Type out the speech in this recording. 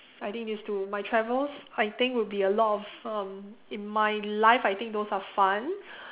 I think these two my travels I think would be a lot of um in my life I think those are fun